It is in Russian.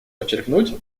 подчеркнуть